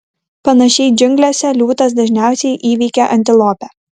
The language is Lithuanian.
panašiai džiunglėse liūtas dažniausiai įveikia antilopę